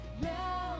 now